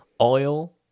oil